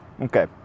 Okay